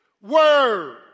word